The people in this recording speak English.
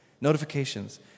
notifications